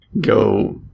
go